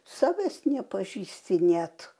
savęs nepažįsti net